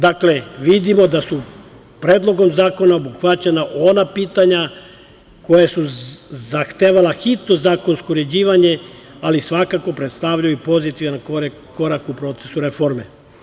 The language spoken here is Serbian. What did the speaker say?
Dakle, vidimo da su predlogom zakona obuhvaćena ona pitanja koja su zahtevala hitno zakonsko uređivanje, ali svakako predstavljaju pozitivan korak u procesu reforme.